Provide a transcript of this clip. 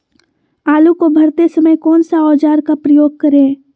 आलू को भरते समय कौन सा औजार का प्रयोग करें?